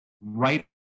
right